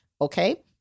Okay